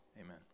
Amen